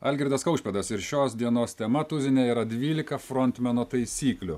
algirdas kaušpėdas ir šios dienos tema tuzine yra dvylika frontmeno taisyklių